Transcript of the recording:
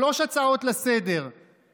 שלוש הצעות לסדר-היום,